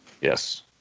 yes